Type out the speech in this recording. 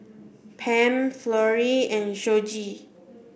Pam Florie and Shoji